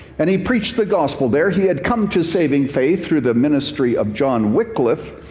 and he preached the gospel there. he had come to saving faith through the ministry of john wycliffe,